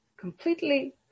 completely